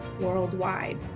worldwide